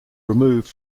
removed